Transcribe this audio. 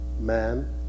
man